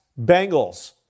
Bengals